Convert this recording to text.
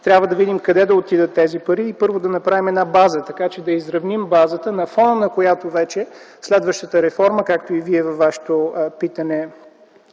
Трябва да видим къде да отидат тези пари и първо да направим една база, така че да изравним базата, на фона на която вече е следващата реформа, както и Вие във Вашето питане